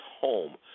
home